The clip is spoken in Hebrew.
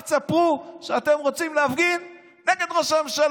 רק תספרו שאתם רוצים להפגין נגד ראש הממשלה.